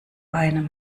einem